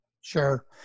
Sure